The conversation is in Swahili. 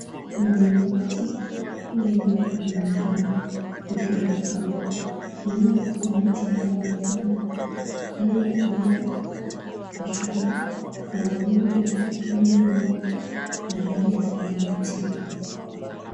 Kuna mlingoti wa rangi nyeupe unaonekana ukiwa na kamba nyuma kuna miti inayoonekana, hali ya anga iko shwari na mawingu yako ya rangi nyeupe na rangi ya samawati.